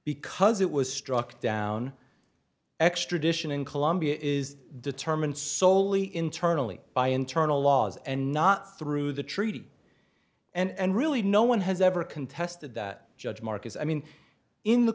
because it was struck down extradition in colombia is determined solely internally by internal laws and not through the treaty and really no one has ever contested that judge marcus i mean in the